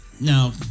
Now